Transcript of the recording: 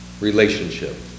relationship